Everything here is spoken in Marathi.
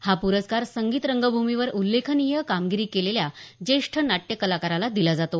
हा पुरस्कार संगीत रंगभूमीवर उल्लेखनीय कामगिरी केलेल्या ज्येष्ठ नाट्य कलाकाराला दिला जातो